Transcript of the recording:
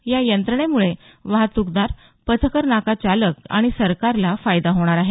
या यंत्रणेमुळे वाहतुकदार टोल प्लाझा चालक आणि सरकारला फायदा होणार आहे